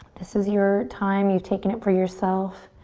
this is your time. you've taken it for yourself.